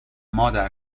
مادر